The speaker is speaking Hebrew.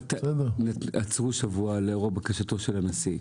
עצרו לשבוע לאור בקשתו של הנשיא.